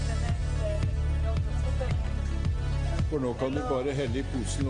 הקו אותו אני מובילה במשרד להגנת הסביבה הוא הידברות והוא